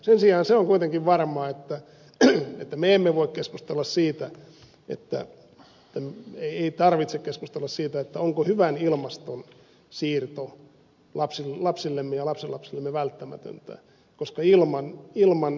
sen sijaan se on kuitenkin varma että tiedän että me emme voi keskustella varmaa että meidän ei tarvitse keskustella siitä onko hyvän ilmaston siirto lapsillemme ja lapsenlapsillemme välttämätöntä koska ilman happea me emme elä